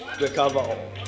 Recover